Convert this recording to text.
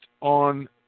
on